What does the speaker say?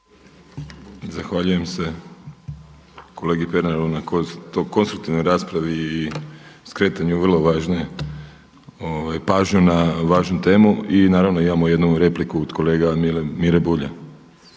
Zahvaljujem se kolegi Pernaru na konstruktivnoj raspravi i skretanju pažnju na važnu temu. I naravno imamo jednu repliku od kolege Mire Bulj.